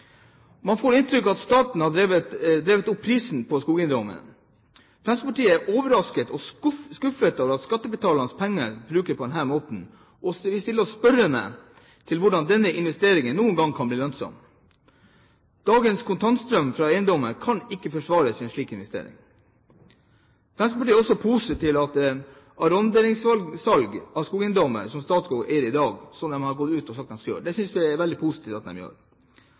Man får inntrykk av at staten har drevet opp prisen på skogeiendommene. Fremskrittspartiet er overrasket og skuffet over at skattebetalernes penger brukes på denne måten, og vi stiller oss spørrende til hvordan denne investeringen noen gang kan bli lønnsom. Dagens kontantstrøm fra eiendommene kan ikke forsvare en slik investering. Fremskrittspartiet er også positiv til arronderingssalg av skogeiendommer som Statskog eier i dag. Det har man gått ut og sagt at man skal gjøre, og det synes vi er veldig positivt at man gjør.